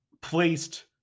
placed